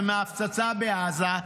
ומההפצצה בעזה.